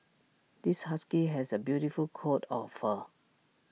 this husky has A beautiful coat of fur